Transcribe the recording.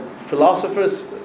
philosophers